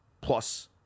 plus